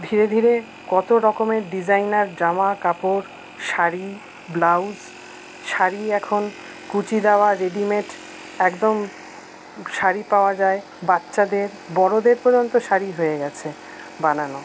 ধীরে ধীরে কতো রকমের ডিসাইনার জামা কাপড় শাড়ি ব্লাউস শাড়ি এখন কুচি দেওয়া রেডিমেড একদম শাড়ি পাওয়া যায় বাচ্চাদের বড়দের পর্যন্ত শাড়ি হয়ে গেছে বানানো